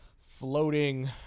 floating